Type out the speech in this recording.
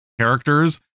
characters